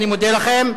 אני מודה לכם.